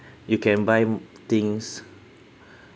you can buy things